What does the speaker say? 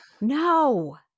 No